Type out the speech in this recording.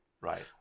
Right